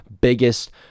biggest